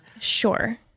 sure